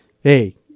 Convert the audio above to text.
hey